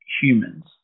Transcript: humans